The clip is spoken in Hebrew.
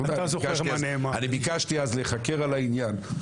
אני ביקשתי אז להיחקר על העניין.